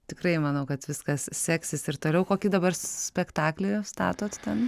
tikrai manau kad viskas seksis ir toliau kokį dabar spektaklį statot ten